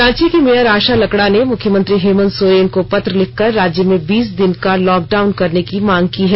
रांची की मेयर आशा लकड़ा ने मुख्यमंत्री हेमंत सोरेन को पत्र लिखकर राज्य में बीस दिन का लॉकडाउन करने की मांग की है